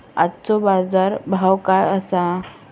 आजचो बाजार भाव काय आसा?